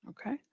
Okay